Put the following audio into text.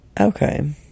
Okay